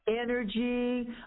energy